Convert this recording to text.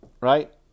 right